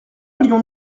allions